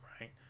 right